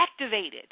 activated